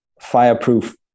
fireproof